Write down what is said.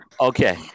Okay